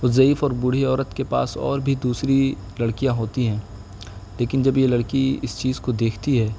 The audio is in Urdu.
اس ضعیف اور بوڑھی عورت کے پاس اور بھی دوسری لڑکیاں ہوتی ہیں لیکن جب یہ لڑکی اس چیز کو دیکھتی ہے